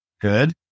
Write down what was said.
Good